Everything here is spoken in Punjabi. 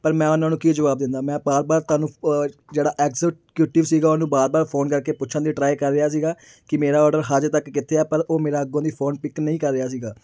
ਪਰ ਮੈਂ ਉਹਨਾਂ ਨੂੰ ਕੀ ਜਵਾਬ ਦਿੰਦਾ ਮੈਂ ਵਾਰ ਵਾਰ ਤੁਹਾਨੂੰ ਜਿਹੜਾ ਐਗਜੀਕਿਉਟਿਵ ਸੀਗਾ ਉਹਨੂੰ ਵਾਰ ਵਾਰ ਫ਼ੋਨ ਕਰਕੇ ਪੁੱਛਣ ਦੀ ਟਰਾਈ ਕਰ ਰਿਹਾ ਸੀਗਾ ਕਿ ਮੇਰਾ ਔਡਰ ਅਜੇ ਤੱਕ ਕਿੱਥੇ ਆ ਪਰ ਉਹ ਮੇਰਾ ਅੱਗੋਂ ਦੀ ਫ਼ੋਨ ਪਿਕ ਨਹੀਂ ਕਰ ਰਿਹਾ ਸੀਗਾ